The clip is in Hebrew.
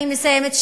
אני מסיימת,